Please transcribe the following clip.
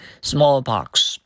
smallpox